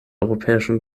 europäischen